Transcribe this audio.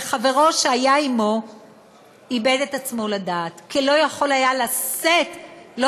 וחברו שהיה עמו איבד את עצמו לדעת כי לא יכול היה לשאת לא